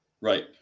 Right